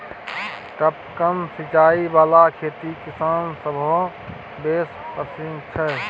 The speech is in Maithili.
टपकन सिचाई बला खेती किसान सभकेँ बेस पसिन छै